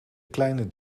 kleine